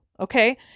Okay